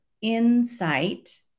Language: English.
insight